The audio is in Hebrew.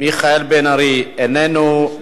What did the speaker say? מיכאל בן-ארי, איננו.